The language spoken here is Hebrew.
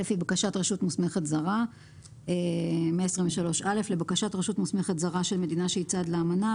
לבקשת רשות מוסמכת זרה של מדינה שהיא צד לאמנה,